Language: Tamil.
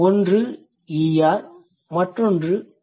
ஒன்று er மற்றொன்று s